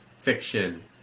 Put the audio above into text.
Fiction